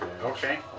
Okay